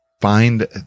find